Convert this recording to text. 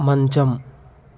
మంచం